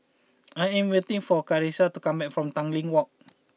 I am waiting for Charissa to come back from Tanglin Walk